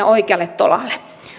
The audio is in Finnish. oikealle tolalle